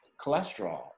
cholesterol